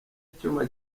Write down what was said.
icyuma